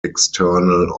external